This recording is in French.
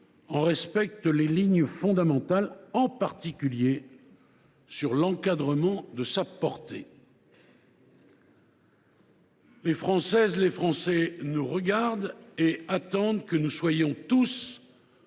en respecte les lignes fondamentales, en particulier sur l’encadrement de sa portée. Les Françaises et les Français nous regardent et attendent que nous soyons tous